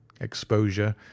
Exposure